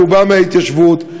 שבא מההתיישבות,